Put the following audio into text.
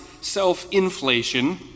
self-inflation